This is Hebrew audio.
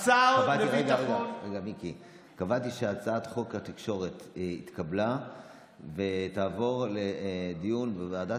התכוונתי שהצעת חוק התקשורת התקבלה והיא תעבור לדיון בוועדת,